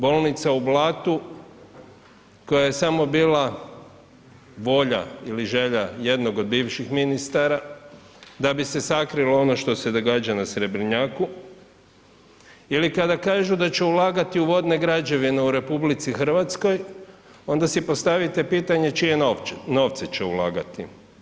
Bolnica u Blatu koja je samo bila volja ili želja jednog bivših ministara da bi se sakrilo ono što se događa na Srebrnjaku ili kada kažu da će ulagati u vodne građevine u RH, onda si postaviti čije novce će ulagati.